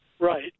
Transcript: Right